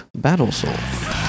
Battlesoul